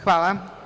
Hvala.